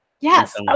Yes